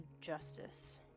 justice